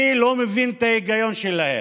אני לא מבין את ההיגיון בהם.